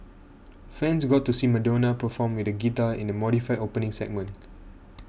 fans got to see Madonna perform with a guitar in the modified opening segment